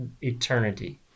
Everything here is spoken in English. eternity